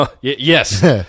Yes